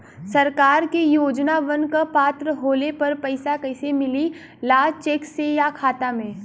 सरकार के योजनावन क पात्र होले पर पैसा कइसे मिले ला चेक से या खाता मे?